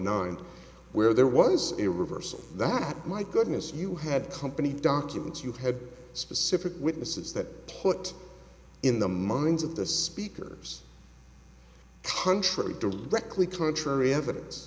nine where there was a reversal that my goodness you had company documents you had specific witnesses that put in the minds of the speakers contrary directly contrary evidence